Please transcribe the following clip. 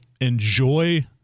enjoy